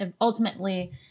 ultimately